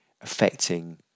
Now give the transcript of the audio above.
affecting